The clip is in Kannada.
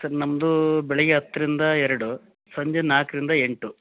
ಸರ್ ನಮ್ಮದು ಬೆಳಿಗ್ಗೆ ಹತ್ತರಿಂದ ಎರಡು ಸಂಜೆ ನಾಲ್ಕರಿಂದ ಎಂಟು